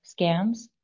scams